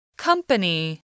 Company